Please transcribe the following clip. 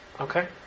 Okay